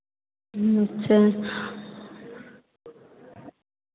अच्छा